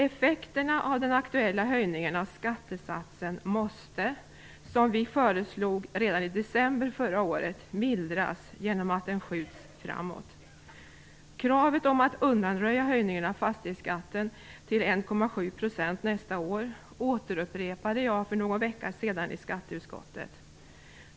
Effekterna av den aktuella höjningen av skattesatsen måste, som vi föreslog redan i december förra året, mildras genom att den skjuts framåt. Kravet om att undanröja höjningen av fastighetsskatten till 1,7 % nästa år återupprepade jag för någon vecka sedan i skatteutskottet.